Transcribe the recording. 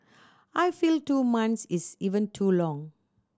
I feel two months is even too long